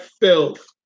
filth